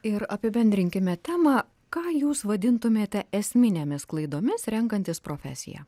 ir apibendrinkime temą ką jūs vadintumėte esminėmis klaidomis renkantis profesiją